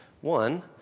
One